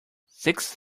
six